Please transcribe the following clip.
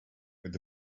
with